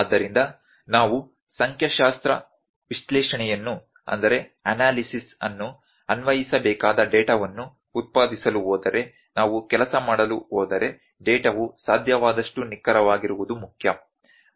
ಆದ್ದರಿಂದ ನಾವು ಸಂಖ್ಯಾಶಾಸ್ತ್ರಗಳ ವಿಶ್ಲೇಷಣೆಯನ್ನು ಅನ್ವಯಿಸಬೇಕಾದ ಡೇಟಾವನ್ನು ಉತ್ಪಾದಿಸಲು ಹೋದರೆ ನಾವು ಕೆಲಸ ಮಾಡಲು ಹೋದರೆ ಡೇಟಾವು ಸಾಧ್ಯವಾದಷ್ಟು ನಿಖರವಾಗಿರುವುದು ಮುಖ್ಯ